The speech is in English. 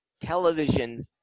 television